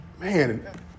man